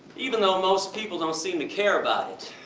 even though most people don't seem to care about it.